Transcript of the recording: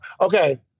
Okay